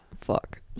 Fuck